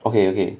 okay okay